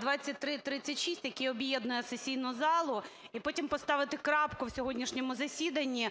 2336, який об'єднує сесійну залу. І потім поставити крапку в сьогоднішньому засіданні.